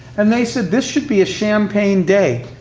and they said, this should be a champagne day.